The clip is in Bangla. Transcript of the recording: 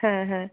হ্যাঁ হ্যাঁ